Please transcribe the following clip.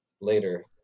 later